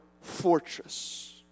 fortress